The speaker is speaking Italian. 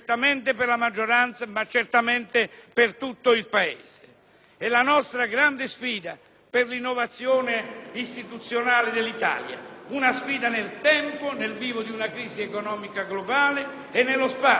È la nostra grande sfida per l'innovazione istituzionale dell'Italia. È una sfida nel tempo, nel vivo di una crisi economica globale, e nello spazio (nel Nord come nel profondo Mezzogiorno del Paese)